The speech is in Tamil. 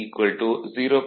16